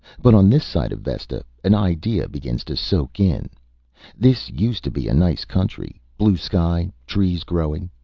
but on this side of vesta, an idea begins to soak in this used to be nice country blue sky, trees growing.